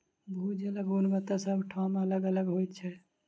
भू जलक गुणवत्ता सभ ठाम अलग अलग होइत छै